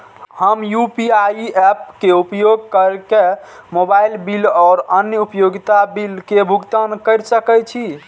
हम UPI apps के उपयोग केर के मोबाइल बिल और अन्य उपयोगिता बिल के भुगतान केर सके छी